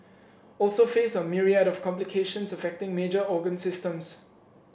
also face a myriad of complications affecting major organ systems